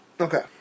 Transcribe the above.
Okay